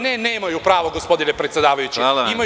Ne, nemaju pravo, gospodine predsedavajući.